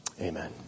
Amen